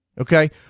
okay